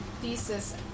thesis